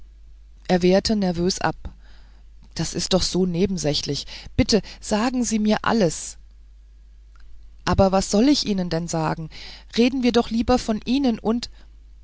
er wehrte nervös ab das ist doch so nebensächlich bitte sagen sie mir alles aber was soll ich ihnen denn sagen reden wir doch lieber von ihnen und